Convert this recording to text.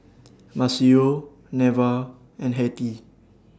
Maceo Neva and Hettie